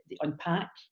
unpack